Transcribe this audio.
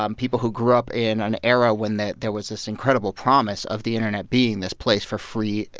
um people who grew up in an era when that there was this incredible promise of the internet being this place for free,